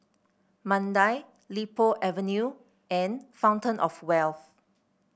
Mandai Li Po Avenue and Fountain Of Wealth